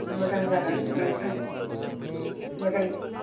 मोजां जागोन नोंथां मोजां